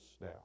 now